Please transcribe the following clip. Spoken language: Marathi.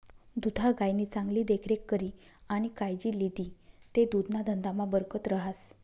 दुधाळ गायनी चांगली देखरेख करी आणि कायजी लिदी ते दुधना धंदामा बरकत रहास